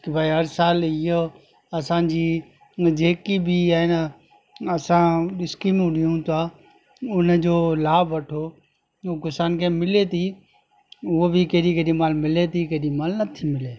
की भाई हर साल इहो असांजी मूं जेकी बि ई आहे न असां स्किमूं ॾियूं था उन जो लाभु वठो ऐं किसान खे मिले थी उहा बि केॾी केॾी महिल मिली थी केॾी महिल नथी मिले